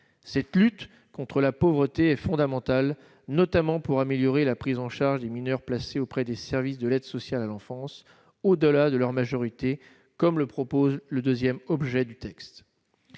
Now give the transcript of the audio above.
cette lutte contre la pauvreté, fondamentale, notamment pour améliorer la prise en charge des mineurs placés auprès des services de l'aide sociale à l'enfance, au-delà de leur majorité comme le propose le 2ème objet du texte